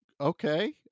okay